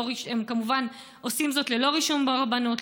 הם כמובן עושים זאת ללא רישום ברבנות,